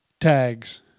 tags